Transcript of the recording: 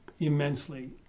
immensely